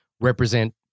represent